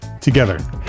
together